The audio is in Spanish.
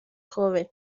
joven